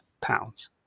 pounds